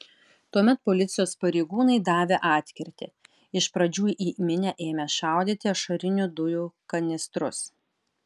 tuomet policijos pareigūnai davė atkirtį iš pradžių į minią ėmė šaudyti ašarinių dujų kanistrus